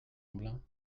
lamblin